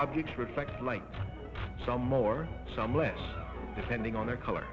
objects reflect light some more some less depending on their color